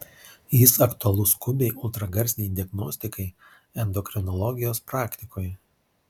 jis aktualus skubiai ultragarsinei diagnostikai endokrinologijos praktikoje